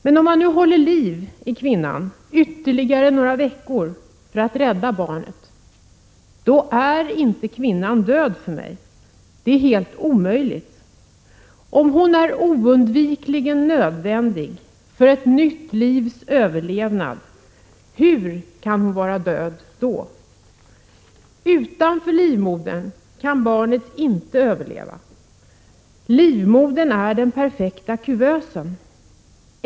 Men om man nu håller liv i kvinnan ytterligare några veckor för att rädda barnet, då är inte kvinnan död för mig. Det är helt omöjligt. Om hon är oundvikligen nödvändig för ett nytt livs överlevnad, hur kan hon då vara död? Utanför livmodern kan barnet inte överleva. Livmodern är den perfekta kuvösen.